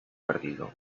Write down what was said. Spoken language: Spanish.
perdido